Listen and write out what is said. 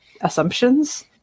assumptions